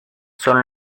son